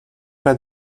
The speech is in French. pas